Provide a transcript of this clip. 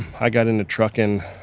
i got into trucking